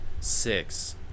six